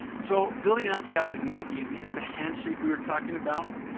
so building an lti ah is not easy. the handshake we were talking about